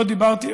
לא דיברתי,